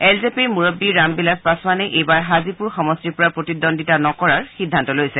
L জে পিৰ মুৰববী ৰামবিলাস পাছোৱানে এইবাৰ হাজিপুৰ সমষ্টিৰ পৰা প্ৰতিদ্বন্দ্বিতা নকৰাৰৰ সিদ্ধান্ত লৈছে